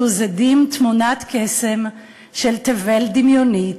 "וזדים תמונת קסם/ של תבל דמיונית,